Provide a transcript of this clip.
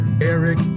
Eric